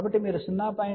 కాబట్టి మీరు 0